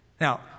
Now